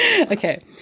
Okay